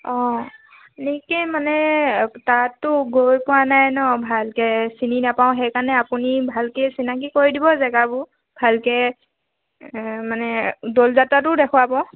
অঁ মানে তাতো গৈ পোৱা নাই ন ভালকে চিনি নাপাওঁ সেইকাৰণে আপুনি ভালকে চিনাকি কৰি দিব জেগাবোৰ ভালকে মানে দল যাত্ৰাটো দেখুৱাব